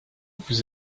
vous